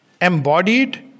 embodied